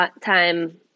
time